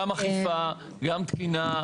גם אכיפה, גם תקינה.